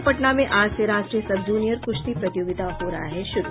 और पटना में आज से राष्ट्रीय सब जूनियर कृश्ती प्रतियोगिता हो रहा है शुरू